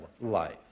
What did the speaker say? life